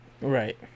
Right